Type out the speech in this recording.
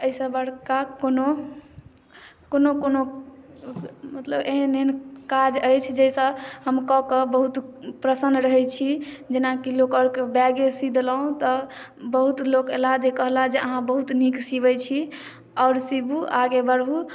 एहिसँ बड़का कोनो मतलब एहन काज अछि जाहिसँ हम कऽ कऽ बहुत प्रसन्न रहै छी जेनाकी लोक आर के बैगे सी देलहुॅं तऽ बहुत लोग एला जे कहला जे अहाँ बहुत नीक सिबै छी आओर सीबू आगे बढ़ु